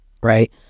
right